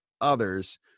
others